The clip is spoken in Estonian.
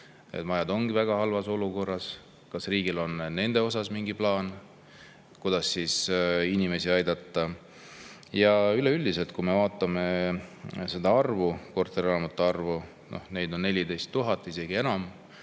Need majad ongi väga halvas olukorras. Kas riigil on nende osas mingi plaan, kuidas inimesi aidata? Ja üleüldiselt, kui me vaatame seda korterelamute arvu, neid on 14 000, isegi enam,